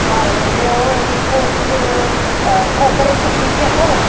ऐं ॿियो लिखोसि अ खोपिरे जी शीशी अथव